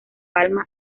palma